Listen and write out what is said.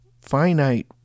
finite